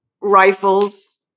rifles